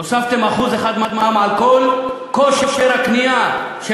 הוספתם 1% מע"מ על כל כושר הקנייה של